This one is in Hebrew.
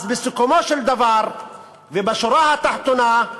אז בסיכומו של דבר ובשורה התחתונה,